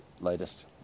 latest